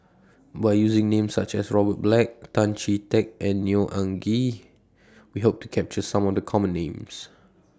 By using Names such as Robert Black Tan Chee Teck and Neo Anngee We Hope to capture Some of The Common Names